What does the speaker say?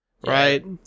right